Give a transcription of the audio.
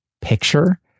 picture